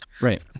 Right